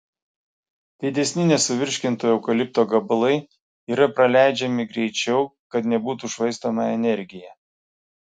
didesni nesuvirškinto eukalipto gabalai yra praleidžiami greičiau kad nebūtų švaistoma energija